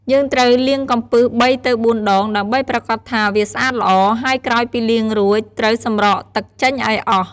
យើងត្រូវលាងកំពឹស៣ទៅ៤ដង ដើម្បីប្រាកដថាវាស្អាតល្អ ហើយក្រោយពីលាងរួច ត្រូវសម្រក់ទឹកចេញឱ្យអស់។